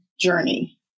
journey